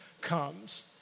comes